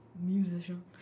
musician